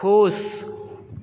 खुश